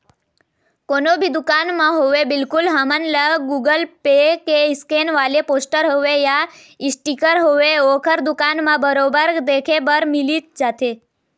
कोनो भी दुकान म होवय बिल्कुल हमन ल गुगल पे के स्केन वाले पोस्टर होवय या इसटिकर होवय ओखर दुकान म बरोबर देखे बर मिलिच जाथे